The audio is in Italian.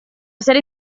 serie